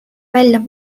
välja